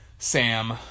sam